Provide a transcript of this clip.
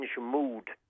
mood